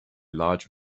large